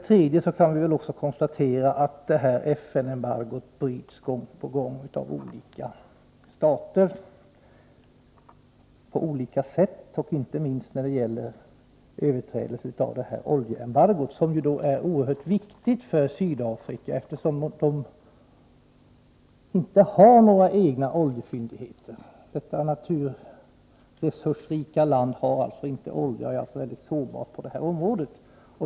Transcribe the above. Vi kan vidare konstatera att FN:s embargo gång på gång brutits av olika stater på olika sätt, inte minst när det gäller överträdelse av oljeembargot, som ju är oerhört viktigt för Sydafrika. Sydafrika har inte några egna oljefyndigheter. Detta naturresursrika land har alltså inte olja och är mycket sårbart i det avseendet.